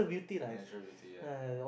natural beauty ya